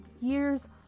years